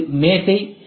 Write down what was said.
இது மேசை